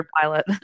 pilot